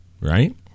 right